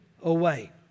away